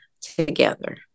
together